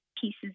pieces